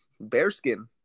bearskin